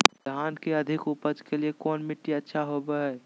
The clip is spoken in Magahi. धान के अधिक उपज के लिऐ कौन मट्टी अच्छा होबो है?